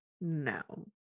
no